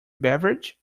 beverage